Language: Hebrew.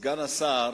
סגן השר